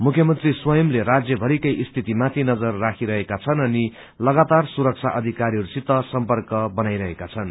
मुख्यमंत्री स्वंयमले राज्य भरिमै स्थित माथि नजर राखिरहेका छन् अनि लगातार सुरक्षा अधिकारीहरूसित सर्म्पक गनाई रहेकी छिनु